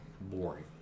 boring